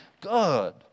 good